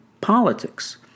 politics